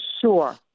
sure